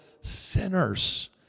sinners